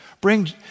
Bring